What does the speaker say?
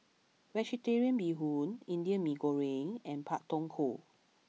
Vegetarian Bee Hoon Indian Mee Goreng and Pak Thong Ko